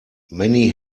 many